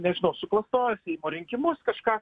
nežinau suklastojo seimo rinkimus kažką